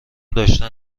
داشتن